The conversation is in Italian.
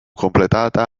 completata